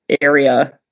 area